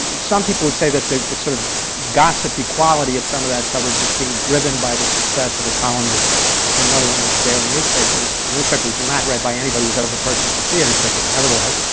some people would say that the the sort of gossipy quality of some of that coverage is being driven by the success of a columnist for another one of the daily newspapers, a newspaper which is and not read by anybody who's ever purchased a theatre ticket! nevertheless.